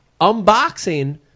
Unboxing